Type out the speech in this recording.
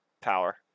power